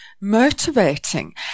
motivating